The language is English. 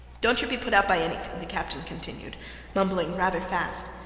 dont you be put out by anything, the captain continued mumbling rather fast.